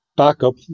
backup